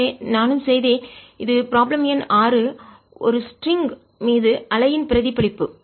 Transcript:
எனவே நானும் செய்தேன் இது ப்ராப்ளம் எண் 6 ஒரு ஸ்ட்ரிங் லேசான கயிறு மீது அலை இன் பிரதிபலிப்பு